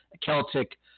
Celtic